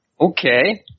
Okay